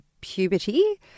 puberty